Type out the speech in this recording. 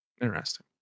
Interesting